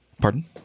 Pardon